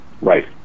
Right